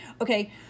Okay